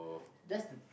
that's the